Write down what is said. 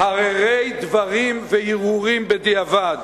הררי דברים והרהורים בדיעבד.